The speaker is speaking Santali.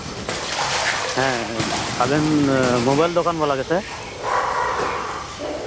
ᱦᱮᱸ ᱦᱮᱸ ᱟᱵᱮᱱ ᱢᱳᱵᱟᱭᱤᱞ ᱫᱚᱠᱟᱱ ᱵᱟᱞᱟ ᱜᱮᱥᱮ